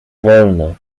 wolno